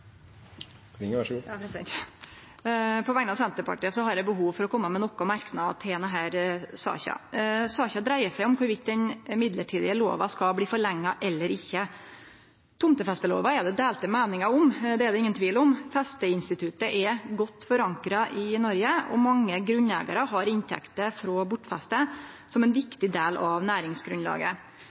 2015, og så imøteser vi en proposisjon og en viktig behandling neste år. På vegner av Senterpartiet har eg behov for å kome med nokre merknader til denne saka. Saka dreier seg om den midlertidige lova skal bli forlengd eller ikkje. Tomtefestelova er det delte meiningar om, det er det ingen tvil om. Festeinstituttet er godt forankra i Noreg, og mange grunneigarar har inntekter frå bortfeste som ein viktig del av næringsgrunnlaget.